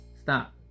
stop